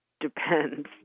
depends